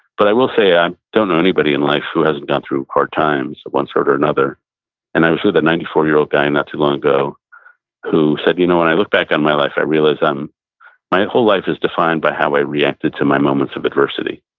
but i will say, i don't know anybody in life who hasn't gone through hard times of one sort or another and i was with a ninety four year old guy not too long ago who said, you know, when i look back on my life, i realize um my whole life is defined by how i reacted to my moments of adversity.